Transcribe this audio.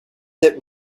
that